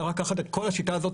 צריך לקחת את כל השיטה הזאת,